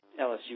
LSU